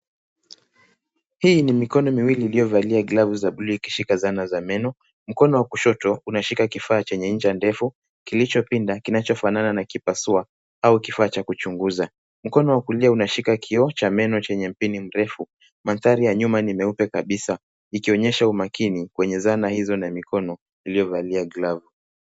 Hii ni mikono miwili iliyovalia glavu za buluu ikishika zana za meno. Mkono wa kushoto unashika kifaa chenye ncha ndefu kilichopinda kinachofanana na kipasua au kifaa cha kuchunguza. Mkono wa kulia unashika kioo cha meno chenye mpini mrefu. Mandhari ya nyuma ni meupe kabisa ikionyesha umakini kwenye zana hizo na mikono iliyovalia glavu.